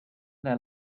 their